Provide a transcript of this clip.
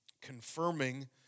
confirming